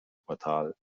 quartal